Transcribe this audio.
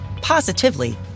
positively